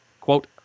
quote